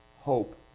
hope